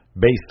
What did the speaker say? based